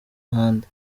ahandi